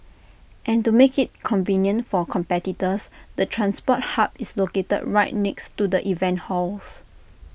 and to make IT convenient for competitors the transport hub is located right next to the event halls